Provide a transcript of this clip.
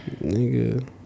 Nigga